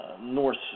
north